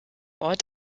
ort